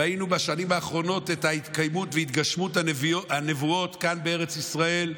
ראינו בשנים האחרונות את ההתקיימות והתגשמות הנבואות כאן בארץ ישראל,